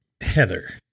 Heather